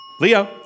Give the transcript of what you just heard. Leo